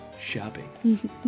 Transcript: shopping